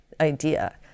idea